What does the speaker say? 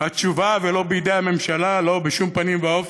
התשובה ולא בידי הממשלה, לא, בשום פנים ואופן.